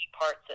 parts